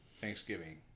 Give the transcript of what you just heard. Thanksgiving